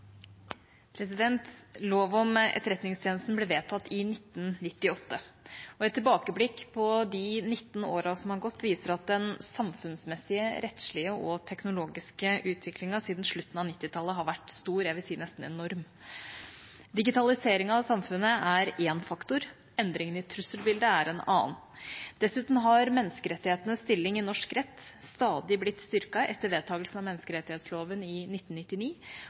Lov om Etterretningstjenesten ble vedtatt i 1998, og et tilbakeblikk på de 19 årene som er gått, viser at den samfunnsmessige, rettslige og teknologiske utviklingen siden slutten av 1990-tallet har vært stor – jeg vil si nesten enorm. Digitaliseringen av samfunnet er én faktor, endringen i trusselbildet er en annen. Dessuten har menneskerettighetenes stilling i norsk rett stadig blitt styrket etter vedtakelsen av menneskerettighetsloven i 1999